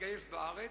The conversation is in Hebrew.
אגייס בארץ,